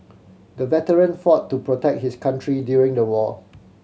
the veteran fought to protect his country during the war